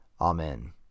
Amen